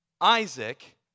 Isaac